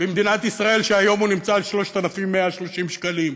במדינת ישראל, שהיום הוא נמצא על 3,130 שקלים.